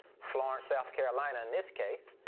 florence, south carolina, in this case.